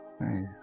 Nice